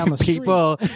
People